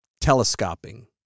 telescoping